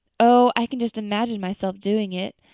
oh, i can just imagine myself doing it.